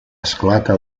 esclata